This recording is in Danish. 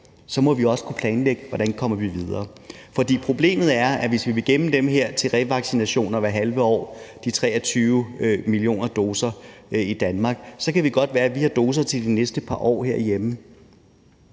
Så må vi også kunne planlægge, hvordan vi kommer videre. Problemet er, at hvis vi vil gemme dem her til revaccination hvert halve år – de 23 millioner doser i Danmark – så kan det godt være, vi har doser til de næste par år herhjemme.